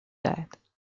دارد